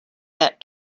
that